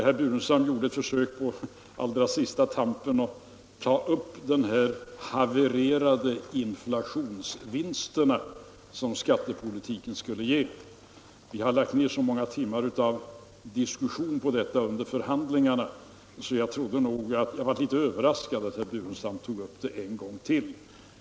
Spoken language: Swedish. Herr Burenstam Linder gjorde ett försök på allra sista tampen att ta upp de havererade inflationsvinsterna, som skulle bli en följd av skattepolitiken. Vi har lagt ner så många timmars diskussion på detta under förhandlingarna att jag blev litet överraskad att herr Burenstam Linder tog upp det en gång till.